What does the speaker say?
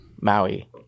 Maui